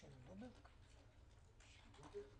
שהוא לא השווה את נטל המס בין טבק לגלגול לבין סיגריות,